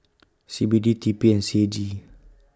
C B D T P and C A G